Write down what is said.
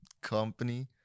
company